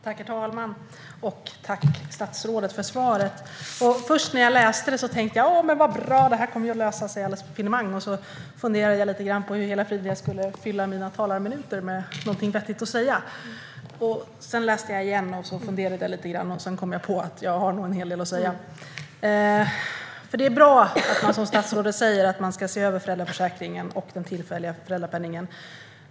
Herr talman! Tack, statsrådet, för svaret! Först tänkte jag: Vad bra! Detta kommer ju att lösa sig alldeles finemang! Sedan funderade jag litegrann på hur i hela friden jag skulle ha någonting vettigt att säga under mina talarminuter. Men sedan funderade jag lite till och kom på att jag nog ändå har en hel del att säga. Det är bra att man, som statsrådet säger, ska se över föräldraförsäkringen och den tillfälliga föräldrapenningen.